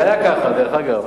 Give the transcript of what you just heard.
זה היה כך, אגב.